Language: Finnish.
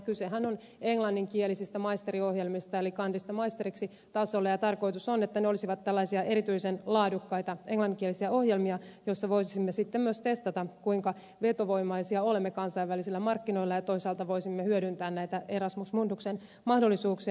kysehän on englanninkielisistä maisteriohjelmista eli kandista maisteriksi tasosta ja tarkoitus on että ne olisivat tällaisia erityisen laadukkaita englanninkielisiä ohjelmia joissa voisimme sitten myös testata kuinka vetovoimaisia olemme kansainvälisillä markkinoilla ja toisaalta voisimme hyödyntää näitä erasmus munduksen mahdollisuuksia